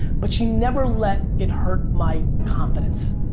but she never let it hurt my confidence.